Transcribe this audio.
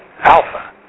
alpha